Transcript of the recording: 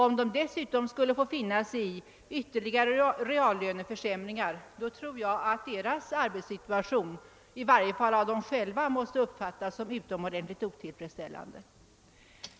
Om de dessutom skulle få finna sig i ytterligare reallöneförsämringar, tror jag att deras ekonomiska villkor i varje fall av dem själva måste komma att uppfattas som utomordentligt otillfredsställande.